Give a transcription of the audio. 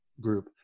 group